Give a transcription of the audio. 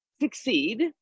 succeed